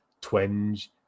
twinge